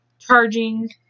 charging